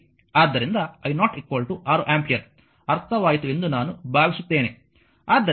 ಆದ್ದರಿಂದ i0 6 ampere ಅರ್ಥವಾಯಿತು ಎಂದು ನಾನು ಭಾವಿಸುತ್ತೇನೆ